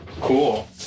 Cool